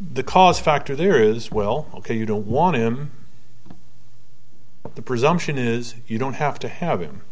the cause factor there is well ok you don't want him the presumption is you don't have to have him